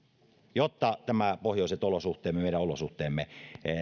jotta nämä pohjoiset olosuhteemme meidän olosuhteemme